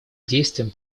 действиям